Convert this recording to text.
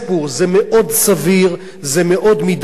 זה מאוד סביר, זה מאוד מידתי,